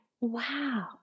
Wow